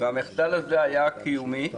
המחדל הזה היה קיומי.